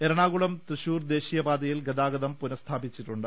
എറണാകുളം തൃശൂർ ദേശീയപാതയിൽ ഗതാഗതം പുനസ്ഥാപിച്ചിട്ടുണ്ട്